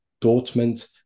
Dortmund